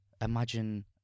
imagine